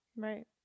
Right